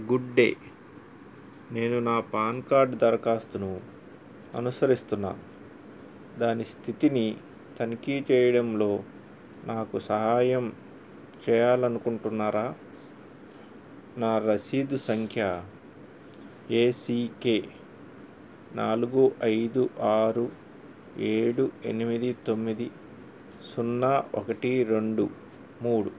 గుడ్డే నేను నా పాన్కార్డ్ దరఖాస్తును అనుసరిస్తున్నా దాని స్థితిని తనిఖీ చేయడంలో నాకు సహాయం చేయాలనుకుంటున్నారా నా రసీదు సంఖ్య ఏసీకే నాలుగు ఐదు ఆరు ఏడు ఎనిమిది తొమ్మిది సున్నా ఒకటి రెండు మూడు